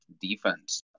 defense